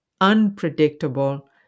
unpredictable